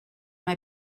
mae